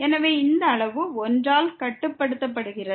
எனவே இந்த அளவு 1 ஆல் கட்டுப்படுத்தப்படுகிறது